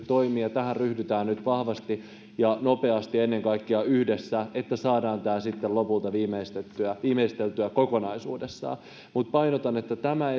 toimivat ja tähän ryhdytään nyt vahvasti ja nopeasti ennen kaikkea yhdessä että saadaan tämä sitten lopulta viimeisteltyä viimeisteltyä kokonaisuudessaan mutta painotan että tämä